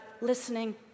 listening